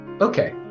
Okay